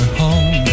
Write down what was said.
home